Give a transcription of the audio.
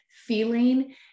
feeling